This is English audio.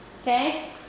Okay